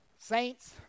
Saints